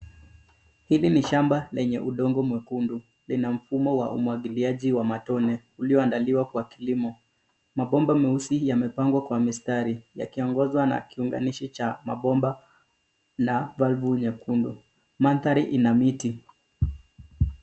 Hili ni shamba lenye udongo mwekundu. Lina mfumo wa umwagiliaji wa matone ulioandaliwa kwa kilimo. Mabomba mweusi yamepangwa kwa mistari yakiongozwa na kiunganishi cha mabomba na valve nyekundu. Mandhari ina miti.